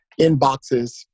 inboxes